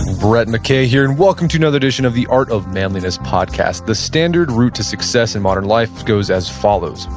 brett mckay here and welcome to another edition of the art of manliness podcast. the standard route to success in modern life goes as follows,